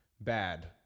Bad